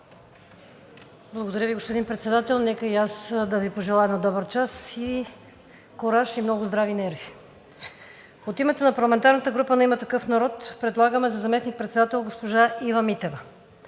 Благодаря Ви, господин Председател. Нека и аз да Ви пожелая на добър час и кураж, и много здрави нерви! От името на парламентарната група на „Има такъв народ“ предлагаме за заместник-председател госпожа Ива Митева.